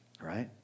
Right